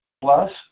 plus